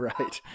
Right